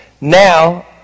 Now